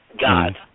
God